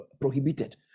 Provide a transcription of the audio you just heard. prohibited